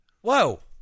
Whoa